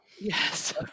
Yes